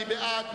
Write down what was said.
מי בעד?